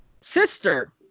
sister